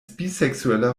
bisexueller